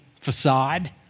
facade